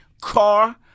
Car